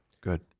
good